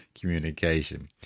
communication